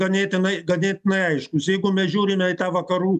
ganėtinai ganėtinai aiškūs jeigu mes žiūrime į tą vakarų